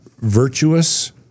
virtuous